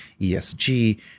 ESG